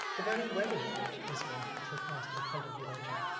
the very wedding looked dismal as they passed in front of the altar.